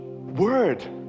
word